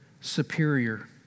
superior